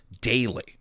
daily